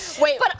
Wait